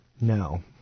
No